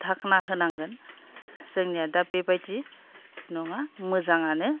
धाखोना होनांगोन जोंनिया दा बेबायदि नङा मोजाङानो